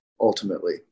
ultimately